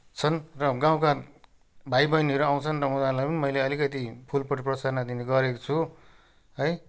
छन् र गाउँका भाइ बहिनीहरू आउँछन् र उनीहरूलाई पनि मैले अलिकति फुलपट्टि प्रोत्साहन दिने गरेको छु है